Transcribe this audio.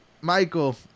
michael